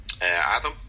Adam